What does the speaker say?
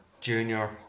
junior